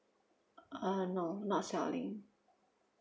uh no not selling